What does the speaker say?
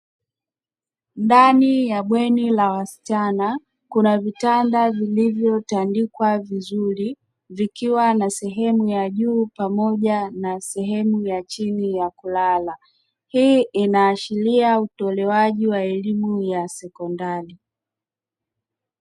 Ndani ya bweni la wasichana kuna vitanda vilivyotandikwa vizuri vikiwa na sehemu ya juu pamoja na sehemu ya chini ya kulala. hii inaashiria utolewaji wa elimu ya sekondari.